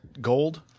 Gold